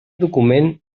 document